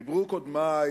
דיברו קודמי